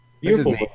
Beautiful